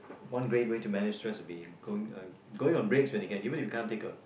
one great way to manage stress will be going on going on breaks when you can even if you can't take a